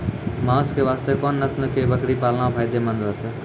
मांस के वास्ते कोंन नस्ल के बकरी पालना फायदे मंद रहतै?